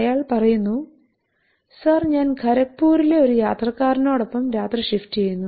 അയാൾ പറയുന്നു സർ ഞാൻ ഖരഘ്പൂരിലെ ഒരു യാത്രക്കാരനോടൊപ്പം രാത്രി ഷിഫ്റ്റ് ചെയ്യുന്നു